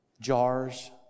jars